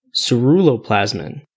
ceruloplasmin